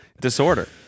disorder